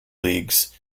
leagues